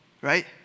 right